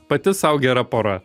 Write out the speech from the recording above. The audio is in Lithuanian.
pati sau gera pora